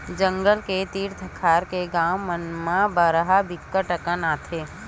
जंगल के तीर तखार के गाँव मन म बरहा बिकट अकन आथे